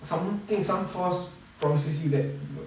something some force promises you that